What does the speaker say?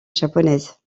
japonaise